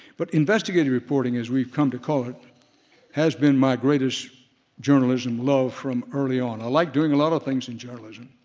but investigative reporting as we've come to call it has been my greatest journalism love from early on. i like doing a lot of things in journalism,